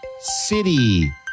City